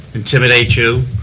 intimidate you,